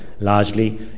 largely